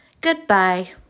Goodbye